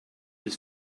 his